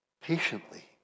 Patiently